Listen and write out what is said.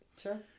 Sure